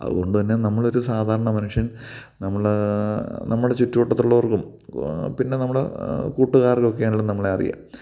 അതുകൊണ്ട് തന്നെ നമ്മൾ ഒരു സാധാരണ മനുഷ്യൻ നമ്മൾ നമ്മുടെ ചുറ്റുവട്ടത്തുള്ളവർക്കും പിന്നെ നമ്മൾ കൂട്ടുകാർക്കൊക്കെ ആണേലും നമ്മളെ അറിയാം